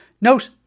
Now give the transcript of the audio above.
Note